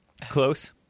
Close